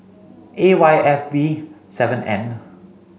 A Y F B seven N